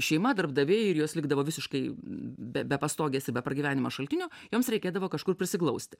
šeima darbdaviai ir jos likdavo visiškai be be pastogės ir be pragyvenimo šaltinio joms reikėdavo kažkur prisiglausti